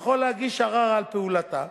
יכול להגיש ערר על פעולתה,